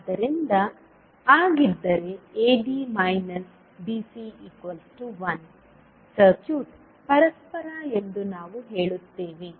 ಆದ್ದರಿಂದಆಗಿದ್ದರೆ AD BC 1 circuit ಪರಸ್ಪರ ಎಂದು ನಾವು ಹೇಳುತ್ತೇವೆ